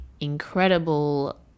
incredible